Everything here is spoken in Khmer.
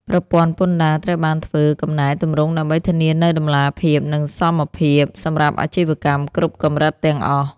ប្រព័ន្ធពន្ធដារត្រូវបានធ្វើកំណែទម្រង់ដើម្បីធានានូវតម្លាភាព និងសមធម៌សម្រាប់អាជីវកម្មគ្រប់កម្រិតទាំងអស់។